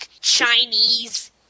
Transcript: Chinese